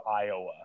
Iowa